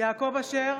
יעקב אשר,